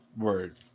Word